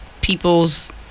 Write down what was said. people's